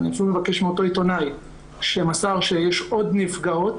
ואני אפילו מבקש מאותו עיתונאי שמסר שיש עוד נפגעות,